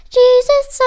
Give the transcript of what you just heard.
jesus